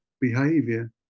behavior